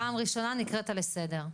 פעם ראשונה נקראת לסדר.